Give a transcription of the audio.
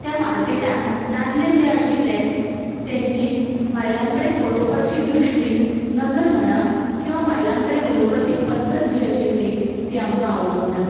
त्या मार्केटान दादले जे आशिल्ले तांची बायलां कडेन पळोवपाची दृश्टी नजर म्हणा किंवा बायलां कडेन उलोवपाची पद्दत जी आशिल्ली ती आमकां आवडूंक ना